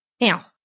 Now